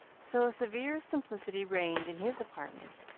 so a severe simplicity reigned in his apartment